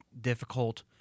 difficult